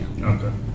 Okay